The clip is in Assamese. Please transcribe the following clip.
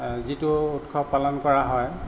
যিটো উৎসৱ পালন কৰা হয়